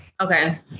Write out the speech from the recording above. Okay